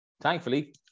Thankfully